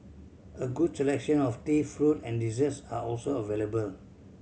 a good selection of tea fruit and desserts are also available